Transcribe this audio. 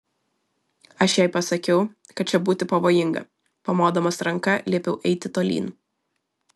aš jai pasakiau kad čia būti pavojinga pamodamas ranka liepiau eiti tolyn